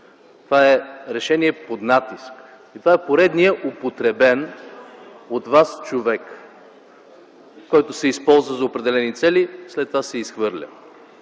това е решение под натиск и това е поредният употребен от вас човек, който се използва за определени цели и след това се изхвърля.